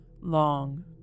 long